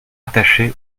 attachés